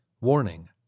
Warning